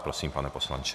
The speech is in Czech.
Prosím, pane poslanče.